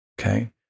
Okay